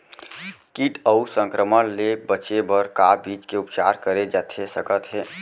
किट अऊ संक्रमण ले बचे बर का बीज के उपचार करे जाथे सकत हे?